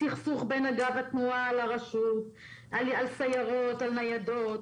סכסוך בין אגף התנועה לרשות על סיירות, על ניידות,